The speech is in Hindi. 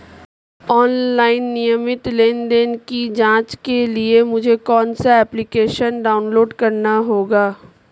ऑनलाइन नियमित लेनदेन की जांच के लिए मुझे कौनसा एप्लिकेशन डाउनलोड करना होगा?